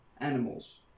animals